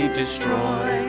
destroy